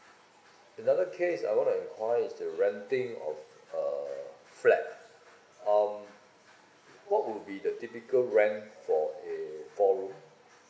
another case I want to enquire is the renting of a flat um what would be the typical rent for a four room